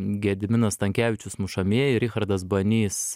gediminas stankevičius mušamieji richardas banys